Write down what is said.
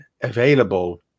available